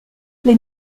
les